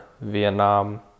Vietnam